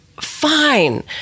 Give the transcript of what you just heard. Fine